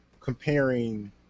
comparing